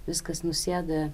viskas nusėda